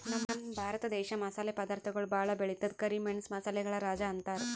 ನಮ್ ಭರತ ದೇಶ್ ಮಸಾಲೆ ಪದಾರ್ಥಗೊಳ್ ಭಾಳ್ ಬೆಳಿತದ್ ಕರಿ ಮೆಣಸ್ ಮಸಾಲೆಗಳ್ ರಾಜ ಅಂತಾರ್